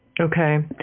Okay